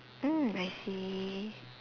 mm I see